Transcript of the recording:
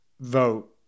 vote